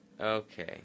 Okay